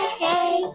hey